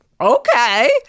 okay